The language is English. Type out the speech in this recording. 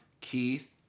Keith